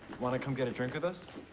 wanna come get a drink with us?